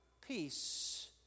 peace